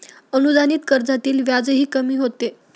अनुदानित कर्जातील व्याजही कमी होते